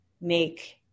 make